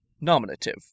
Nominative